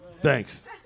Thanks